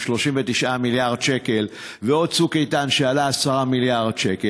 עם 39 מיליארד שקל ועוד צוק איתן שעלה 10 מיליארד שקל.